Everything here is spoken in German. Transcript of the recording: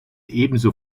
ebenso